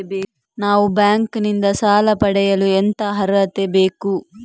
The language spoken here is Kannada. ನಾವು ಬ್ಯಾಂಕ್ ನಿಂದ ಸಾಲ ಪಡೆಯಲು ಎಂತ ಅರ್ಹತೆ ಬೇಕು?